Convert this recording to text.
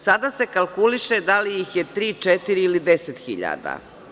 Sada se kalkuliše da li ih je tri, četiri ili 10 hiljada.